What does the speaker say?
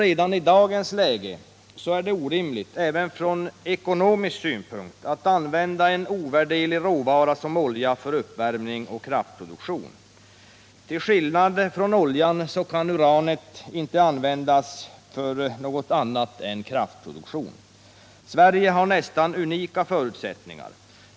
Redan i dagens läge är det orimligt, även från ekonomisk synpunkt, att använda en ovärderlig råvara som olja för uppvärmning och kraftproduktion. Till skillnad från oljan kan uranet inte användas för annat än kraftproduktion. Sverige har nästan unika förutsättningar.